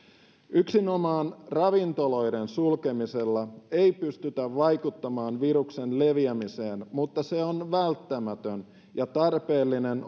yksinomaan ravintoloiden sulkemisella ei pystytä vaikuttamaan viruksen leviämiseen mutta se on välttämätön ja tarpeellinen